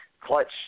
Clutch